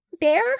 Bear